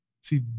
See